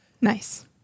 Nice